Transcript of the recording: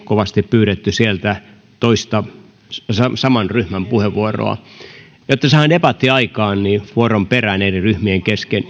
kovasti pyydettiin toista puheenvuoroa samalle ryhmälle jotta saadaan debattia aikaan niin vuoron perään eri ryhmien kesken